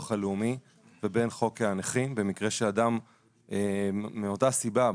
הלאומי ובין חוק הנכים במקרה שאדם מאותה סיבה,